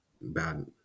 bad